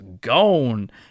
gone